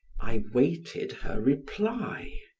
i waited her reply.